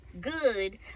Good